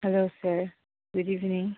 hello sir good evening